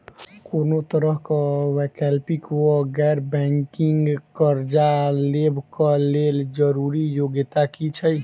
कोनो तरह कऽ वैकल्पिक वा गैर बैंकिंग कर्जा लेबऽ कऽ लेल जरूरी योग्यता की छई?